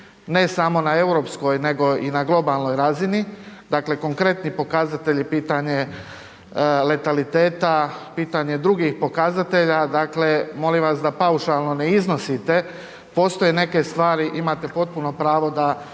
ne samo na europskoj nego i na globalnoj razini, dakle konkretni pokazatelji pitanje je letaliteta, pitanje drugih pokazatelja, dakle molim vas da paušalno ne iznosite. Postoje neke stvari, imate potpuno pravo da